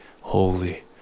holy